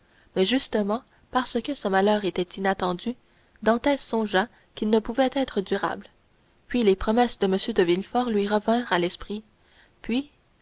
mais justement parce que ce malheur était inattendu dantès songea qu'il ne pouvait être durable puis les promesses de m de villefort lui revinrent à l'esprit puis